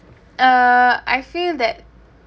uh I feel that